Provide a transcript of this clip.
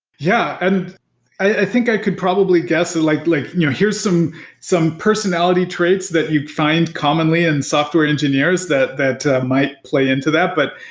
yeah. and i think i could probably guess, like like you know here're some some personality traits that you find commonly in software engineers that that might play into that. but,